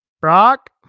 Brock